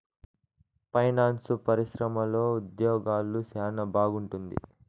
finance పరిశ్రమలో ఉద్యోగాలు సెనా బాగుంటుంది